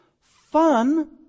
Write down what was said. fun